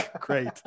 great